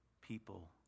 people